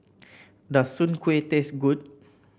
does Soon Kuih taste good